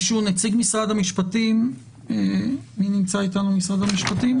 מי נמצא איתנו ממשרד המשפטים?